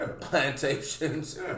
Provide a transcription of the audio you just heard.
plantations